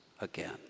again